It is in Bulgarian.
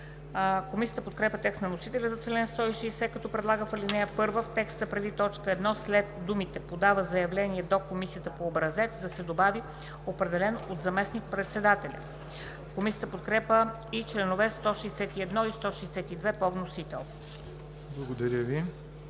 Комисията подкрепя текста на вносителя за чл. 160, като предлага в ал. 1, в текста преди т. 1 след думите „подава заявление до комисията по образец“ да се добави „определен от заместник-председателя“. Комисията подкрепя текстовете на вносителя за чл.